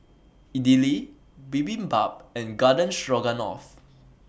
Idili Bibimbap and Garden Stroganoff